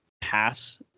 pass